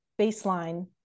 baseline